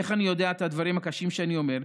איך אני יודע את הדברים הקשים שאני אומר?